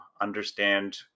understand